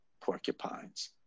porcupines